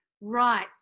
right